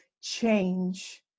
change